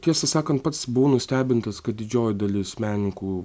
tiesą sakant pats buvau nustebintas kad didžioji dalis menininkų